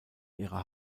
ihrer